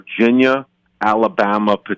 Virginia-Alabama